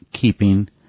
keeping